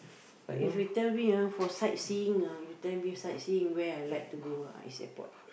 but if you tell me ah for sightseeing ah if you tell me sightseeing where I like to go ah is airport